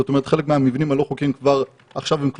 זאת אומרת שחלק מהמבנים הלא חוקים עכשיו לא